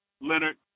Leonard